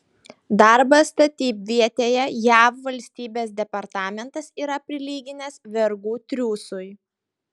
darbą statybvietėje jav valstybės departamentas yra prilyginęs vergų triūsui